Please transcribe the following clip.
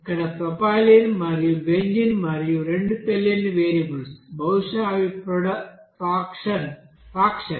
ఇక్కడ ప్రొపైలిన్ మరియు బెంజీన్ మరియు రెండు తెలియని వేరియబుల్స్ బహుశా అవి ఫ్రాక్షన్స్